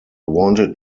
wanted